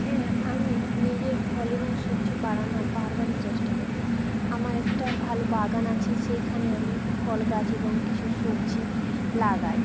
হ্যাঁ আমি নিজের ফল এবং সবজি বাড়ানার বারবারই চেষ্টা করি আমার একটা ভালো বাগান আছে সেইখানে আমি ফল গাছ এবং কিছু সবজি লাগাই